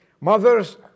Mothers